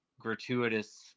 gratuitous